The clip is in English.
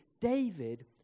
David